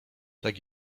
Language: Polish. tak